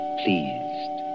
pleased